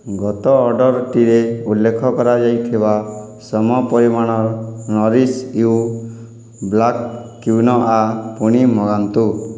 ଗତ ଅର୍ଡ଼ର୍ଟିରେ ଉଲ୍ଲେଖ କରାଯାଇଥିବା ସମ ପରିମାଣର ନରିଶ ୟୁ ବ୍ଲାକ୍ କ୍ୱିନୋଆ ପୁଣି ମଗାନ୍ତୁ